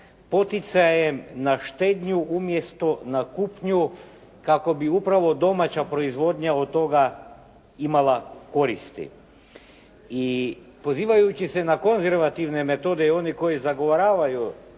poticajem na štednju umjesto na kupnju kako bi upravo domaća proizvodnja od toga imala koristi. I pozivajući se na konzervativne metode i one koje zagovaraju